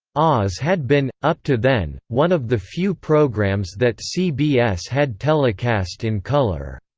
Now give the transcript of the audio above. oz had been, up to then, one of the few programs that cbs had telecast in color.